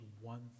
one